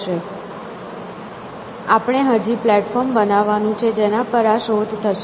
આપણે હજી પ્લેટફોર્મ બનાવવાનું છે જેના પર આ શોધ થશે